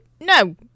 No